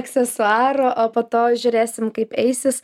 aksesuarų o po to žiūrėsim kaip eisis